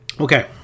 Okay